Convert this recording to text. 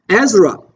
Ezra